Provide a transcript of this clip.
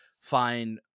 Find